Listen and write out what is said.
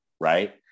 right